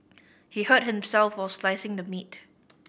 he hurt himself while slicing the meat